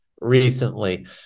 recently